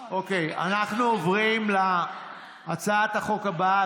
אנחנו עוברים להצעת החוק הבאה,